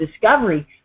discovery